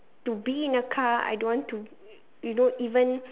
to be in the car I don't want to you know even